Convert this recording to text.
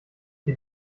die